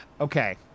Okay